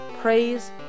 praise